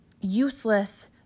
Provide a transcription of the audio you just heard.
useless